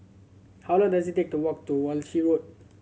how long does it take to walk to Walshe Road